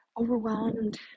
overwhelmed